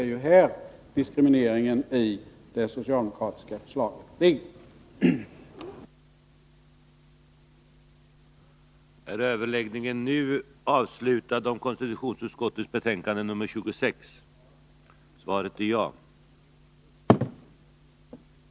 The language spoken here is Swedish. Det är här som diskrimineringen i det socialdemokratiska förslaget ligger.